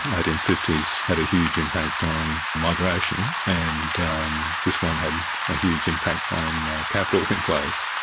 eighteen fifty s had a huge impact on migration, and this one had a huge impact on capital inflows.